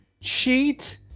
cheat